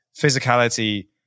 physicality